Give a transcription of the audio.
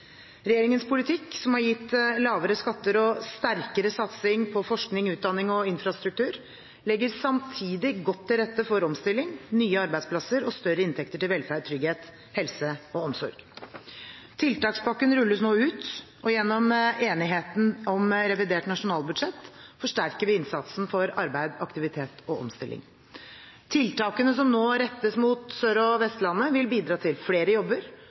Regjeringens politikk som har gitt lavere skatter og sterkere satsing på forskning, utdanning og infrastruktur, legger samtidig godt til rette for omstilling, nye arbeidsplasser og større inntekter til velferd, trygghet, helse og omsorg. Tiltakspakken rulles nå ut, og gjennom enigheten om revidert nasjonalbudsjett forsterker vi innsatsen for arbeid, aktivitet og omstilling. Tiltakene som nå rettes mot Sør- og Vestlandet, vil bidra til flere jobber